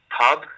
pub